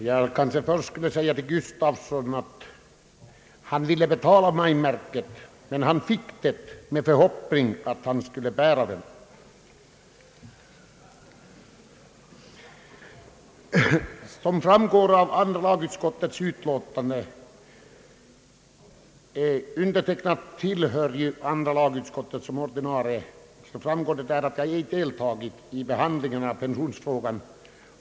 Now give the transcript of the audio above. Herr talman! Först vill jag nämna att herr Gustafsson ville betala mig för förstamajmärket, men han fick det med min förhoppning att han också skulle bära det. Som framgår av utlåtandet från andra lagutskottet — som jag tillhör i egenskap av ordinarie ledamot — har jag ej deltagit i behandlingen av pensionsfrågan.